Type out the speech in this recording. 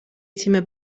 تیم